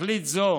תכלית זו